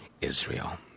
Israel